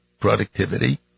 productivity